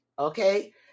okay